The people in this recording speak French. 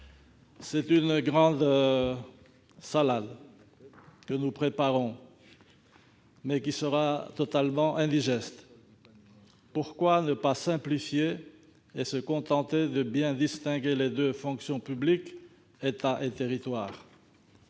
Cette grande salade que nous préparons sera totalement indigeste. Pourquoi ne pas simplifier et nous contenter de bien distinguer les deux fonctions publiques, d'État et territoriale ?